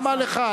למה לך?